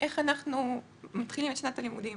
איך אנחנו מתחילים את שנת הלימודים?